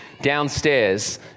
downstairs